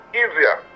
easier